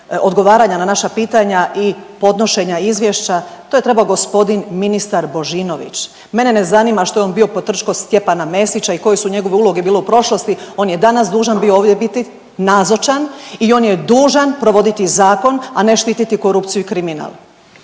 na naša pitanja i podnošenja izvješća to je trebao gospodin ministar Božinović. Mene ne zanima što je on bio potrčko Stjepana Mesića i koje su njegove uloge bile u prošlosti. On je danas dužan bio ovdje biti nazočan i on je dužan provoditi zakon, a ne štiti korupciju i kriminal.